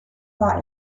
war